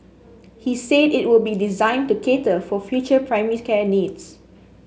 he said it will be designed to cater for future primary care needs